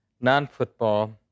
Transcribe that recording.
non-football